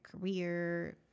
career